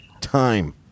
time